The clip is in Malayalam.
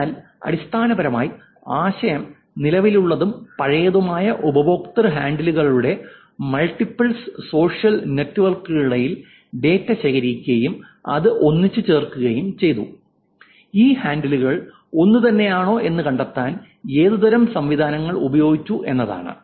അതിനാൽ അടിസ്ഥാനപരമായി ആശയം നിലവിലുള്ളതും പഴയതുമായ ഉപയോക്തൃ ഹാൻഡിലുകളുടെ മൾട്ടിപ്പിൾസ് സോഷ്യൽ നെറ്റ്വർക്കുകൾക്കിടയിൽ ഡാറ്റ ശേഖരിക്കുകയും ഇത് ഒന്നിച്ചുചേർക്കുകയും ചെയ്തു ഈ ഹാൻഡിലുകൾ ഒന്നുതന്നെയാണോ എന്ന് കണ്ടെത്താൻ ഏതുതരം സംവിധാനങ്ങൾ ഉപയോഗിച്ചു എന്നതാണ്